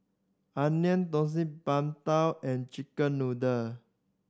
Onion Thosai Png Tao and chicken noodle